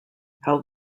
help